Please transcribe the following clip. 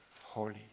holy